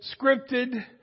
scripted